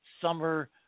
summer